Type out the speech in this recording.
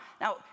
Now